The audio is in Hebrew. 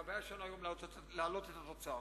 והבעיה שלנו היום היא להעלות את התוצר.